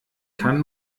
kann